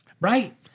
Right